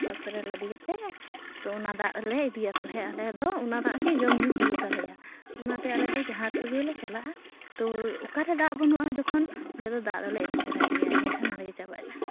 ᱵᱟᱥ ᱨᱮ ᱞᱟᱫᱮ ᱠᱟᱛᱮ ᱛᱚ ᱚᱱᱟ ᱫᱟᱜ ᱨᱮᱞᱮ ᱤᱫᱤᱭᱟ ᱛᱟᱞᱚᱦᱮ ᱫᱚ ᱚᱱᱟ ᱫᱚ ᱚᱱᱟ ᱫᱟᱜ ᱜᱮ ᱡᱚᱢ ᱧᱩ ᱦᱩᱭᱩᱜ ᱛᱟᱞᱮᱭᱟ ᱚᱱᱟᱛᱮ ᱟᱞᱮ ᱫᱚ ᱡᱟᱦᱟᱸ ᱨᱮᱜᱮᱞᱮ ᱪᱟᱞᱟᱜᱼᱟ ᱛᱚ ᱚᱠᱟᱨᱮ ᱫᱟᱜ ᱵᱟᱹᱱᱩᱜᱼᱟ ᱡᱚᱠᱷᱚᱱ ᱚᱸᱰᱮ ᱫᱚ ᱫᱟᱜ ᱫᱚᱞᱮ ᱤᱫᱤ ᱛᱚᱨᱟᱭ ᱜᱮᱭᱟ ᱮᱱᱠᱷᱟᱱ ᱱᱚᱰᱮ ᱜᱮ ᱪᱟᱵᱟᱭᱮᱱᱟ